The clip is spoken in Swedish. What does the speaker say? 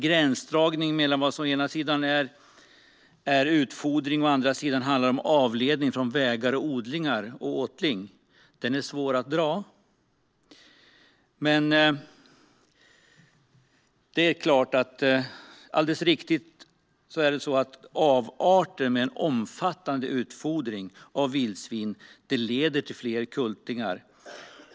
Gränsdragningen mellan vad som å ena sidan är utfodring och å andra sidan handlar om avledning från vägar, odlingar och åtling är svår att dra. Men det är alldeles riktigt att avarter med en omfattande utfodring av vildsvin leder till fler kultingar.